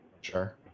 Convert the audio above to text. Sure